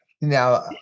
Now